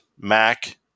Mac